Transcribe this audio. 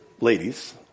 ladies